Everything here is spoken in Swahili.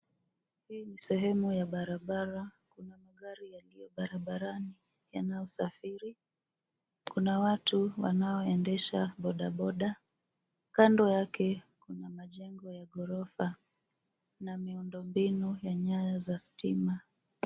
Hii ni sehemu ya barabara. Kuna magari yaliyo barabrani wanaosafiri. Kuna watu wanaoendesha bodaboda. Kando yake kuna majengo ya ghorofa na miundombinu ya nyaya za stima.